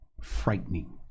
Frightening